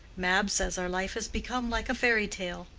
mab says our life has become like a fairy tale,